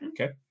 Okay